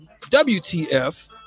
wtf